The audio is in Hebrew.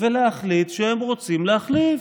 ולהחליט שהם רוצים להחליף,